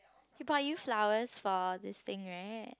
he bought you flowers for this thing right